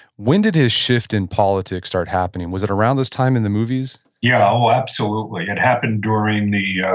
when did his shift in politics start happening? was it around this time in the movies? yeah, oh, absolutely. it happened during the yeah